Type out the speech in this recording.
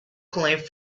clip